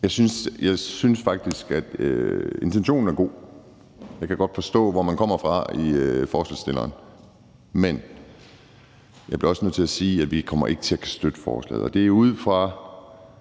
Jeg synes faktisk, intentionen er god. Jeg kan godt forstå, hvor forslagsstilleren kommer fra, men jeg bliver også nødt til at sige, at vi ikke kommer til at støtte forslaget.